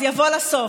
אז יבוא לה סוף.